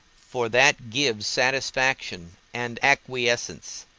for that gives satisfaction and acquiescence.